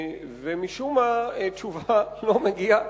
ומשום מה תשובה מעולם לא הגיעה.